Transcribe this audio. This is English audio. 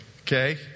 okay